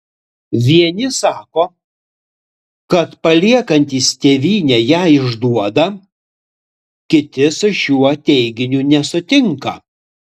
vieni sako kad paliekantys tėvynę ją išduoda kiti su šiuo teiginiu nesutinka